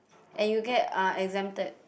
and you get exempted